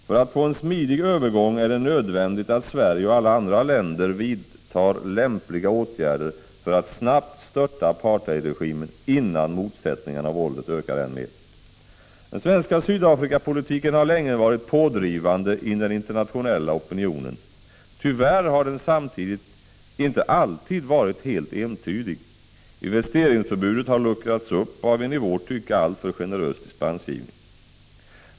För att få en smidig övergång är det nödvändigt att Sverige och alla andra länder vidtar lämpliga åtgärder för att snabbt störta apartheidregimen innan motsättningarna och våldet ökar än mer. Den svenska Sydafrikapolitiken har länge varit pådrivande i den internationella opinionen. Tyvärr har den samtidigt inte alltid varit helt entydig. Investeringsförbudet har luckrats upp av en i vårt tycke alltför generös dispensgivning.